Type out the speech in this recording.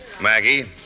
Maggie